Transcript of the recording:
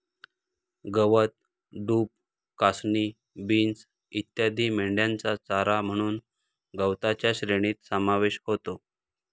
गवत, डूब, कासनी, बीन्स इत्यादी मेंढ्यांचा चारा म्हणून गवताच्या श्रेणीत समावेश होतो